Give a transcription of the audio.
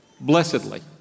blessedly